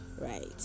Right